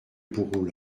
bourreaux